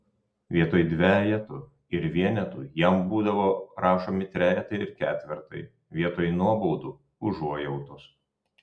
vietoj dvejetų ir vienetų jam būdavo rašomi trejetai ir ketvirtai vietoj nuobaudų užuojautos